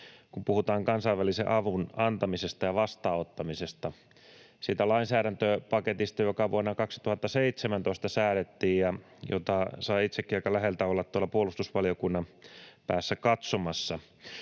kun puhutaan kansainvälisen avun antamisesta ja vastaanottamisesta, siitä lainsäädäntöpaketista, joka vuonna 2017 säädettiin ja jota sain itsekin aika läheltä olla tuolla puolustusvaliokunnan päässä katsomassa.